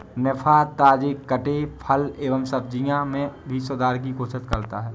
निफा, ताजे कटे फल और सब्जियों में भी सुधार की कोशिश करता है